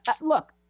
look